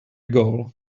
goal